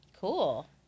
Cool